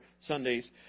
Sundays